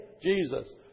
Jesus